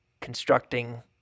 constructing